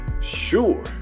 Sure